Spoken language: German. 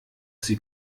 sie